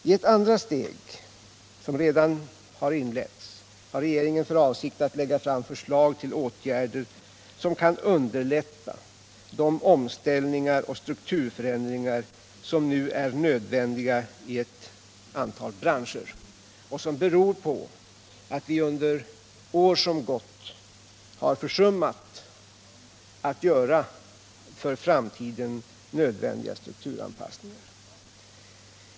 I ett andra steg, som redan inletts, har regeringen för avsikt att lägga fram förslag till åtgärder som kan underlätta de omställningar och strukturförändringar som nu är nödvändiga i ett antal branscher och som beror på att vi under år som gått har försummat att göra för framtiden nödvändiga strukturanpassningar.